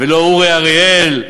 ולא אורי אריאל,